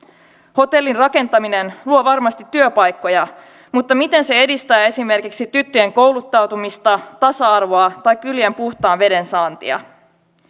hotellin rakentaminen luo varmasti työpaikkoja mutta miten se edistää esimerkiksi tyttöjen kouluttautumista tasa arvoa tai kylien puhtaan veden saantia